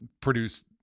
produce